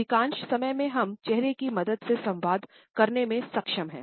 अधिकांश समय में हम चेहरे की मदद से संवाद करने में सक्षम हैं